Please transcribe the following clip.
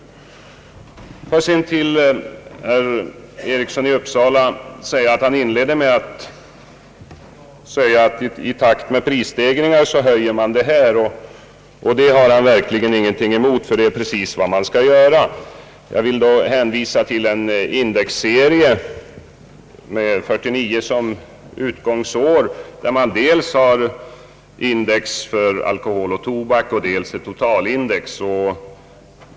Herr Eriksson i Uppsala inledde med att säga, att i takt med prisstegringarna höjer man spritoch tobakspriserna och det har han verkligen ingenting emot, därför att det är precis vad man skall göra. Jag vill då hänvisa till indexserien med 1949 som utgångsår, där man dels har index för alkohol och tobak och dels ett totalindex.